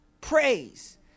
praise